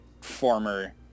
former